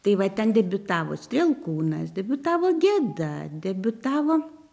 tai va ten debiutavo strielkūnas debiutavo gėda debiutavo